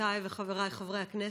חברותיי וחבריי חברי הכנסת,